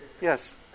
Yes